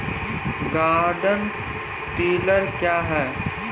Garden tiller क्या हैं?